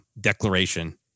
declaration